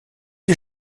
les